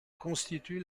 constitue